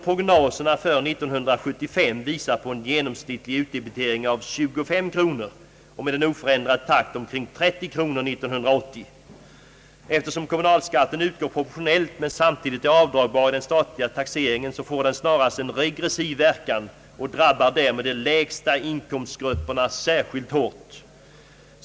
Prognoserna för 1975 visar på en genomsnittlig utdebitering av 25 kronor och med oförändrad takt omkring 30 kronor år 1980. Eftersom kommunalskatten utgår proportionellt men samtidigt är avdragbar i den statliga taxeringen, får den snarast en regressiv verkan och drabbar därmed de lägsta inkomstgrupperna särskilt hårt.